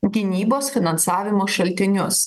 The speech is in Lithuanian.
gynybos finansavimo šaltinius